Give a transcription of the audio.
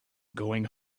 going